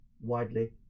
widely